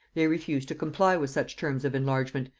they refused to comply with such terms of enlargement,